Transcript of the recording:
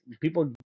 people